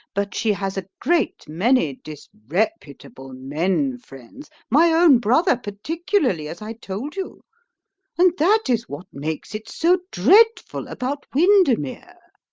but she has a great many disreputable men friends my own brother particularly, as i told you and that is what makes it so dreadful about windermere.